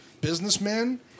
businessmen